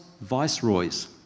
viceroys